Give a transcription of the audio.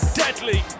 deadly